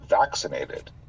vaccinated